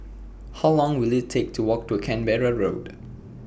How Long Will IT Take to Walk to Canberra Road